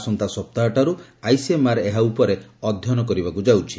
ଆସନ୍ତା ସପ୍ତାହଠାରୁ ଆଇସିଏମ୍ଆର୍ ଏହା ଉପରେ ଏକ ଅଧ୍ୟୟନ କରିବାକୁ ଯାଉଛି